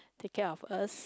take care of us